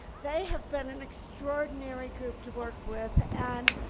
they have been an extraordinary group to work with. and,